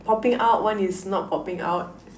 popping out one is not popping out